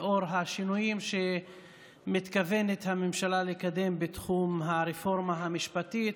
לאור השינויים שמתכוונת הממשלה לקדם בתחום הרפורמה המשפטית,